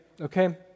Okay